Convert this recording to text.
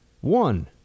One